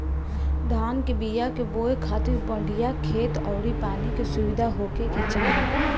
धान कअ बिया के बोए खातिर बढ़िया खेत अउरी पानी के सुविधा होखे के चाही